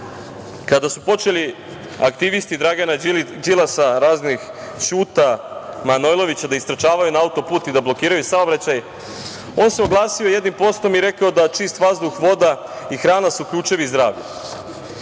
kada su počeli aktivisti Dragana Đilasa, raznih Ćuta Manojlovića da istrčavaju na autoput i da blokiraju saobraćaj, on se oglasio jednim postom i rekao da čist vazduh, voda i hrana su ključevi zdravlja.